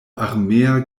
armea